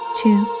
two